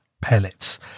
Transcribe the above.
pellets